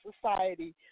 society